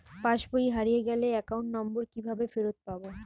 পাসবই হারিয়ে গেলে অ্যাকাউন্ট নম্বর কিভাবে ফেরত পাব?